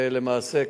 ולמעשה,